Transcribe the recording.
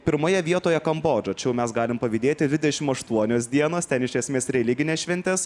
pirmoje vietoje kambodža mes galim pavydėti dvidešim aštuonios dienos ten iš esmės religinės šventės